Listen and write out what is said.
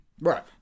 right